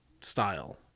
style